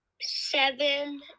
Seven